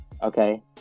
Okay